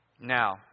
Now